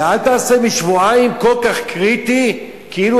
ואל תעשה משבועיים עניין כל כך קריטי כאילו